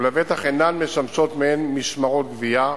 ולבטח אינן משמשות מעין משמרות גבייה.